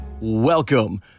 Welcome